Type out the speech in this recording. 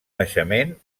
naixement